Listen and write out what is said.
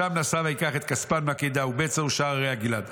ומשם נסע וייקח את כספן מקדה ובצר ושאר ערי גלעד.